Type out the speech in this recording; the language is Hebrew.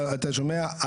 אתה שומע,